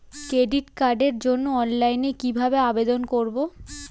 Credit কার্ডের জন্য অনলাইনে কিভাবে আবেদন করব?